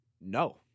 No